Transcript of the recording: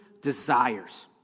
desires